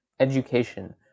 education